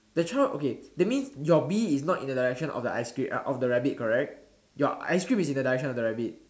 the child okay that means your bee is not in the direction of the ice cream of the rabbit correct your ice cream is in the direction of the rabbit